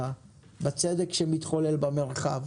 בצדק שמתחולל במרחב.